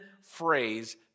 phrase